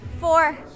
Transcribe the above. four